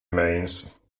remains